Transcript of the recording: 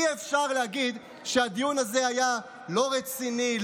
אי-אפשר להגיד שהדיון הזה היה לא רציני,